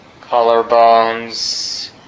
collarbones